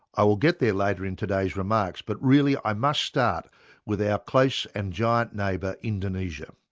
i will get there later in today's remarks but really i must start with our close and giant neighbour, indonesia.